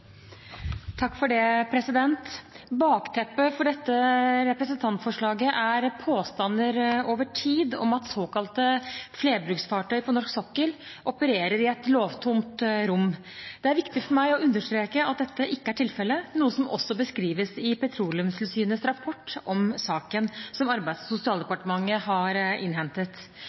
påstander over tid om at såkalte flerbruksfartøy på norsk sokkel opererer i et lovtomt rom. Det er viktig for meg å understreke at dette ikke er tilfellet, noe som også beskrives i Petroleumstilsynets rapport om saken, som Arbeids- og sosialdepartementet har innhentet.